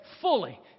fully